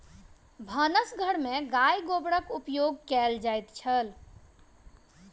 भानस घर में गाय गोबरक उपयोग कएल जाइत छल